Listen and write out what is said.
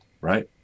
right